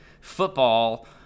football